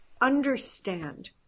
understand